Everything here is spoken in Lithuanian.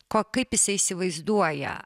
ko kaip visi įsivaizduoja